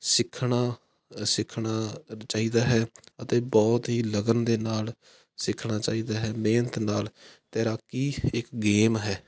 ਸਿੱਖਣਾ ਸਿੱਖਣਾ ਚਾਹੀਦਾ ਹੈ ਅਤੇ ਬਹੁਤ ਹੀ ਲਗਨ ਦੇ ਨਾਲ ਸਿੱਖਣਾ ਚਾਹੀਦਾ ਹੈ ਮਿਹਨਤ ਨਾਲ ਤੈਰਾਕੀ ਇੱਕ ਗੇਮ ਹੈ